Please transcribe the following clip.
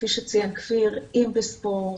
כפי שציין כפיר אם בספורט,